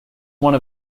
one